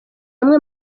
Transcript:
amwe